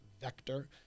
vector